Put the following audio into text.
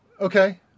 Okay